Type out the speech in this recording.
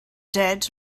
dead